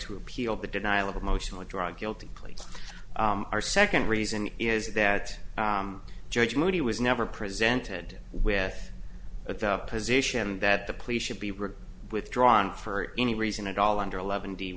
to appeal the denial of emotional drug guilty plea our second reason is that judge moody was never presented with a position that the police should be rid withdrawn for any reason at all under eleven d